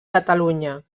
catalunya